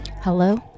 Hello